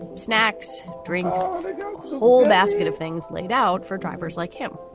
snacks, drinks, a whole basket of things laid out for drivers like him.